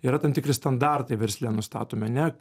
yra tam tikri standartai versle nustatomi ane